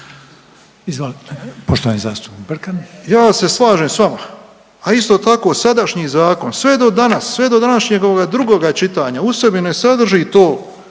Izvolite, poštovani zastupnik Brkan. **Brkan, Jure (HDZ)** Ja se slažem s vama, a isto tako sadašnji zakon sve do danas, sve do današnjega ovoga drugoga čitanja u sebi ne sadrži to